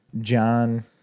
John